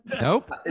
nope